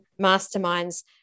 masterminds